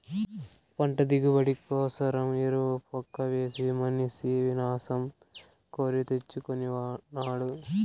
పంట దిగుబడి కోసరం ఎరువు లెక్కవేసి మనిసి వినాశం కోరి తెచ్చుకొనినాడు